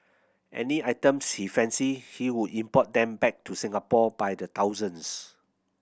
any item she fancied he would import them back to Singapore by the thousands